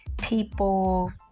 People